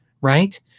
Right